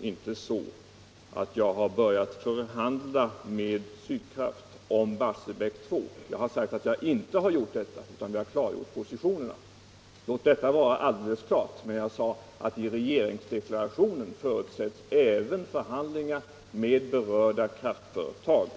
inlägg, att jag har börjat förhandla med Sydkraft om Barsebäck 2. Jag har sagt att jag inte har gjort detta, utan att jag har klargjort positionerna. Låt detta vara alldeles klart. Men jag sade att i regeringsdeklarationen förutsätts även förhandlingar med berörda kraflförelag'.